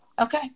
Okay